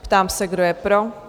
Ptám se, kdo je pro?